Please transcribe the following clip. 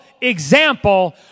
example